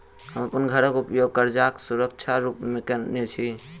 हम अप्पन घरक उपयोग करजाक सुरक्षा रूप मेँ केने छी